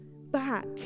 back